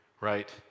right